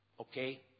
Okay